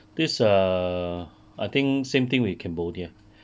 this err I think same thing with cambodia